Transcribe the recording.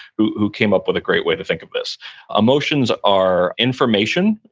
who who came up with a great way to think of this emotions are information,